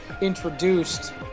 introduced